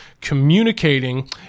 communicating